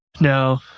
No